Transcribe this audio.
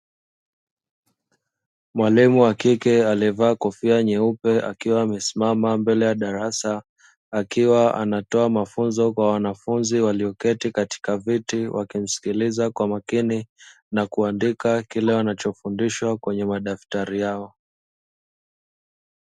Mwalimu wa kike alievaa kofia nyeupe akiwa amesimama mbele ya darasa, akiwa anatoa mafunzo kwa wanafunzi walioketi katika viti wakimsikiliza kwa makini, na kuandika kile wanachofundishwa kwenye madaftari yao.